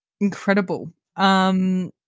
Incredible